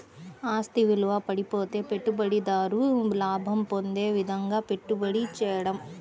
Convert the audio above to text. ఆస్తి విలువ పడిపోతే పెట్టుబడిదారు లాభం పొందే విధంగాపెట్టుబడి చేయడం